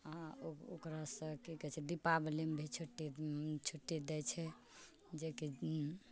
ओकरासँ कि कहै छै दिपावलीमे भी छुट्टी छुट्टी दै छै जेकि